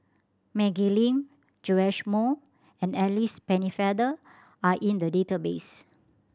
Maggie Lim Joash Moo and Alice Pennefather are in the database